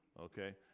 Okay